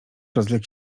rozległ